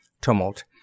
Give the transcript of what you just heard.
TUMULT